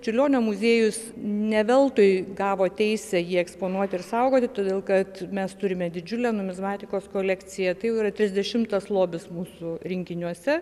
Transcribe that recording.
čiurlionio muziejus ne veltui gavo teisę jį eksponuoti ir saugoti todėl kad mes turime didžiulę numizmatikos kolekciją tai jau yra trisdešimtas lobis mūsų rinkiniuose